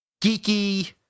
geeky